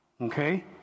okay